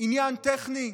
עניין טכני?